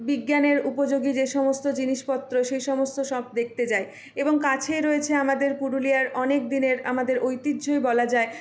বিজ্ঞানের উপযোগী যে সমস্ত জিনিসপত্র সেই সমস্ত সব দেখতে যায় এবং কাছে রয়েছে আমাদের পুরুলিয়ার অনেকদিনের আমাদের ঐতিহ্যই বলা যায়